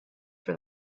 for